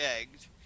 egged